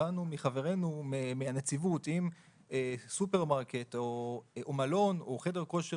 הבנו מחברינו מהנציבות שאם סופרמרקט או מלון או חדר כושר